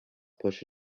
push